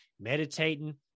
meditating